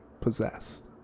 possessed